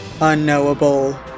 unknowable